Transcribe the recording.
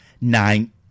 Nine